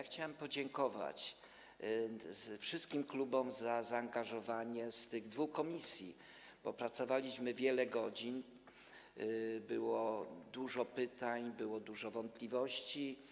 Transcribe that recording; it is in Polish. Chciałem podziękować wszystkim klubom za zaangażowanie w pracach tych dwóch komisji, bo pracowaliśmy wiele godzin, było dużo pytań, było dużo wątpliwości.